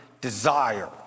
desire